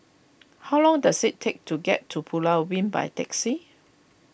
how long does it take to get to Pulau Ubin by taxi